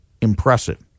Impressive